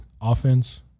offense